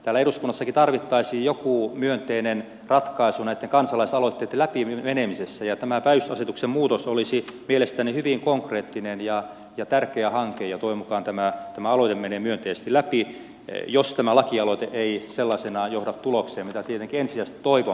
täällä eduskunnassakin tarvittaisiin joku myönteinen ratkaisu näitten kansalaisaloitteitten läpi menemisessä ja tämä päivystysasetuksen muutos olisi mielestäni hyvin konkreettinen ja tärkeä hanke ja toivon mukaan tämä aloite menee myönteisesti läpi jos tämä lakialoite ei sellaisenaan johda tulokseen mitä tietenkin ensisijaisesti toivon